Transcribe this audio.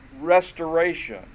restoration